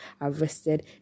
arrested